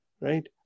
right